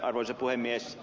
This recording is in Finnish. arvoisa puhemies